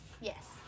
Yes